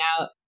out